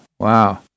Wow